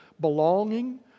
belonging